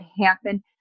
happen